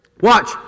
watch